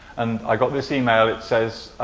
and i got this email. it says,